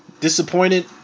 disappointed